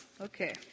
Okay